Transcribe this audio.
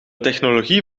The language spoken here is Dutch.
technologie